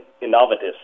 innovative